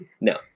No